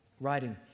writing